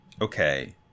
Okay